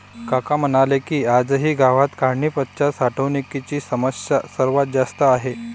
काका म्हणाले की, आजही गावात काढणीपश्चात साठवणुकीची समस्या सर्वात जास्त आहे